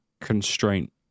constraint